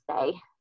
say